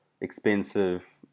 expensive